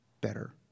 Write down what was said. better